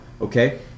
Okay